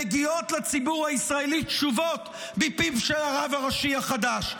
מגיעות לציבור הישראלי תשובות מפיו של הרב הראשי החדש,